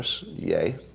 Yay